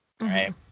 right